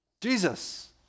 Jesus